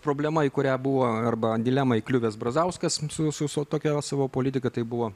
problema į kurią buvo arba dilemą įkliuvęs brazauskas su su tokia savo politika tai buvo